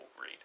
read